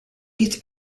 git